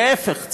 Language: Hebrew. להפך.